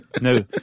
No